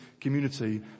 community